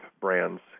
brands